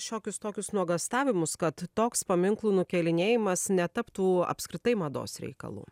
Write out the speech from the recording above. šiokius tokius nuogąstavimus kad toks paminklų nukėlinėjimas netaptų apskritai mados reikalu